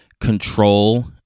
control